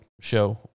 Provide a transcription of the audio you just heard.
show